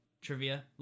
trivia